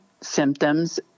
symptoms